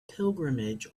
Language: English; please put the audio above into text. pilgrimage